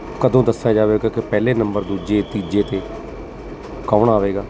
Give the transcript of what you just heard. ਕਦੋਂ ਦੱਸਿਆ ਜਾਵੇ ਕਿਉਂਕਿ ਪਹਿਲੇ ਨੰਬਰ ਦੂਜੇ ਤੀਜੇ 'ਤੇ ਕੌਣ ਆਵੇਗਾ